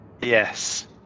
yes